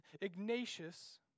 Ignatius